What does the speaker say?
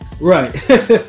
Right